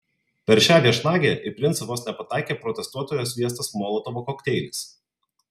per šią viešnagę į princą vos nepataikė protestuotojo sviestas molotovo kokteilis